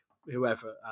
whoever